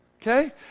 okay